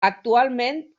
actualment